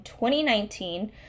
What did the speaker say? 2019